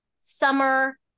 summer